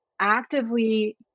actively